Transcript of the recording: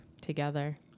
together